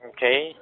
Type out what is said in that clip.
Okay